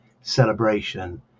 celebration